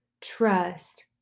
trust